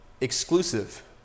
exclusive